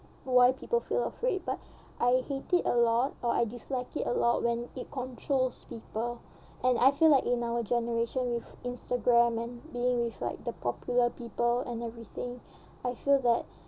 why people feel afraid but I hate it a lot or I dislike it a lot when it controls people and I feel like in our generation with Instagram and being with like the popular people and everything I feel that